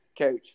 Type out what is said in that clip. coach